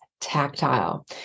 tactile